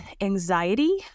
anxiety